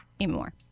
anymore